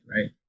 right